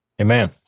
Amen